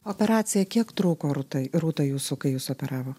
operacija kiek trūko rūtai rūta jūsų kai jūs operavo